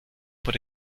por